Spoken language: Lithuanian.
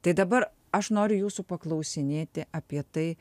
tai dabar aš noriu jūsų paklausinėti apie tai